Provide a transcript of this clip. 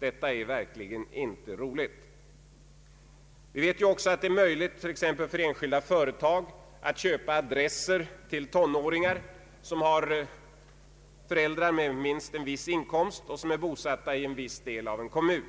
Att något sådant kan inträffa är verkligen inte roligt. Det är ju också möjligt t.ex. för ett enskilt företag att köpa adresser till tonåringar, som har föräldrar med minst en viss inkomst och som är bosatta i en viss del av en kommun.